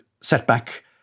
setback